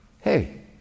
Hey